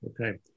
Okay